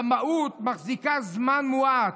רמאות מחזיקה זמן מועט.